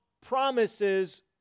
promises